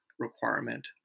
Requirement